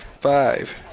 five